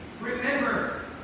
Remember